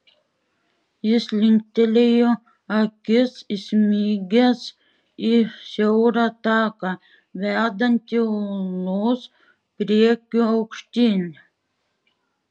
jis linktelėjo akis įsmeigęs į siaurą taką vedantį uolos priekiu aukštyn